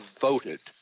voted